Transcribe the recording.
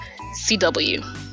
CW